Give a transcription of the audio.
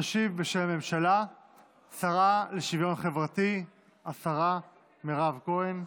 תשיב בשם הממשלה השרה לשוויון חברתי השרה מירב כהן,